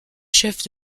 chefs